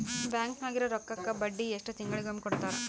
Bank ನಾಗಿರೋ ರೊಕ್ಕಕ್ಕ ಬಡ್ಡಿ ಎಷ್ಟು ತಿಂಗಳಿಗೊಮ್ಮೆ ಕೊಡ್ತಾರ?